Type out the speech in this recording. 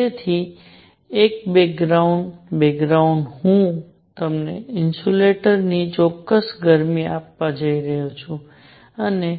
તેથી એક background background હું તમને ઇન્સ્યુલેટર્સની ચોક્કસ ગરમી આપવા જઈ રહ્યો છું અને